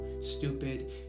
stupid